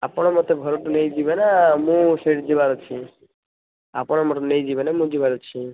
ଆପଣ ମୋତେ ଘରକୁ ନେଇଯିବେନା ମୁଁ ସେଇଠି ଯିବାର ଅଛି ଆପଣ ମୋତେ ନେଇଯିବେନା ମୁଁ ଯିବାର ଅଛି